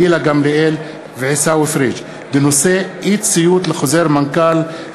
גילה גמליאל ועיסאווי פריג' בנושא: אי-ציות לחוזר מנכ"ל,